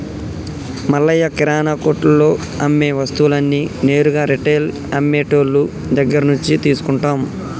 మల్లయ్య కిరానా కొట్టులో అమ్మే వస్తువులన్నీ నేరుగా రిటైల్ అమ్మె టోళ్ళు దగ్గరినుంచే తీసుకుంటాం